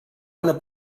una